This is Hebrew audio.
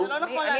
זה לא נכון להסיק.